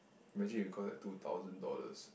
imagine if we cost that two thousand dollars